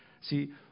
See